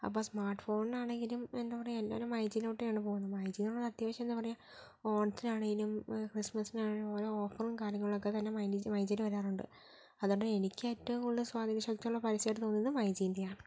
അപ്പോൾ സ്മാർട്ട് ഫോണിന് ആണെങ്കിലും എന്താ പറയുക എല്ലാവരും മൈ ജിലോട്ടാണ് പോകുന്നത് മൈ ജിലോട്ടാണ് അത്യാവശ്യം എന്താ പറയാ ഓണത്തിന് ആണെങ്കിലും ക്രിസ്മസിന് ആണെങ്കിലും ഓരോ ഓഫറും കാര്യങ്ങളും ഒക്കെ മൈജിയില് വരാറുണ്ട് അതുകൊണ്ട് എനിക്ക് ഏറ്റവും കൂടുതൽ സ്വാധീനശക്തിയുള്ള പരസ്യമായിട്ട് തോന്നിയത് മൈജിയുടെ ആണ്